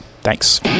Thanks